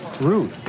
rude